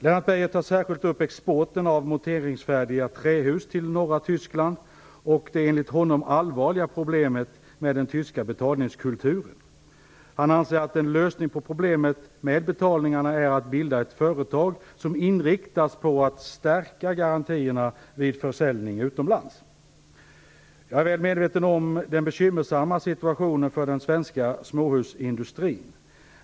Lennart Beijer tar särskilt upp exporten av monteringsfärdiga trähus till norra Tyskland och det, enligt honom, allvarliga problemet med den tyska betalningskulturen. Han anser att en lösning på problemet med betalningarna är att bilda ett företag som inriktas på att stärka garantierna vid försäljning utomlands. Jag är väl medveten om den bekymmersamma situationen för den svenska småhusindustrin.